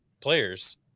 players